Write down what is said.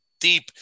deep